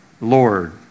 Lord